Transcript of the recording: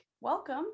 welcome